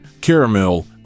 caramel